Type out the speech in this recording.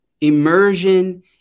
immersion